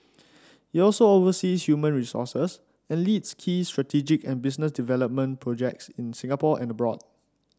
he also oversees human resources and leads key strategic and business development projects in Singapore and abroad